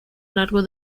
largo